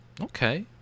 Okay